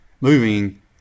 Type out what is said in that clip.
moving